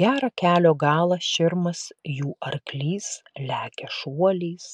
gerą kelio galą širmas jų arklys lekia šuoliais